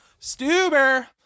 Stuber